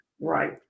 Right